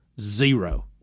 Zero